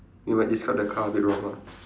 we might describe the car a bit wrong lah